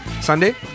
Sunday